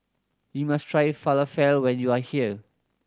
you must try Falafel when you are here